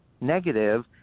negative